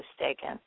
mistaken